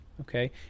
Okay